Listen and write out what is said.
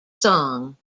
song